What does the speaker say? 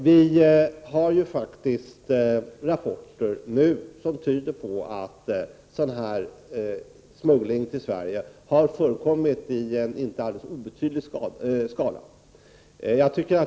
Det finns faktiskt rapporter som tyder på att denna typ av smuggling till Sverige har förekommit i en inte alldeles obetydlig skala.